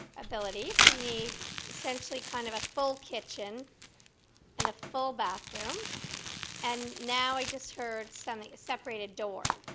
abilities so you need essentially kind of a full kitchen and a full bathroom and now i just heard something a separated door.